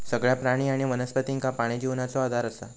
सगळ्या प्राणी आणि वनस्पतींका पाणी जिवनाचो आधार असा